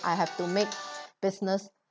I have to make business